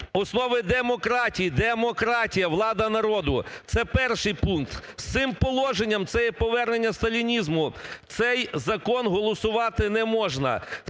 основи демократії. Демократія – влада народу. Це перший пункт. З цим положенням - це є повернення сталінізму, - цей закон голосувати не можна.